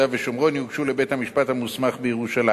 ושומרון יוגשו לבית-המשפט המוסמך בירושלים.